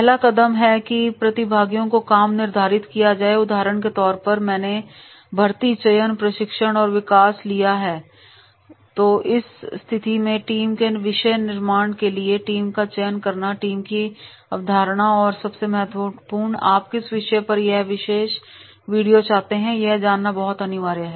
पहला कदम है कि प्रतिभागियों को काम निर्धारित किया जाए उदाहरण के तौर पर मैंने भर्ती चयन प्रशिक्षण और विकास लिया है तो इस स्थिति में टीम के विषय निर्माण के लिए टीम का चयन करना टीम की अवधारणाऔर सबसे महत्वपूर्ण आप किस विषय पर यह विशेष वीडियो चाहते हैं यह जानना भी अनिवार्य है